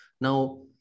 Now